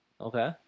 Okay